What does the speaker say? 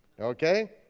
okay?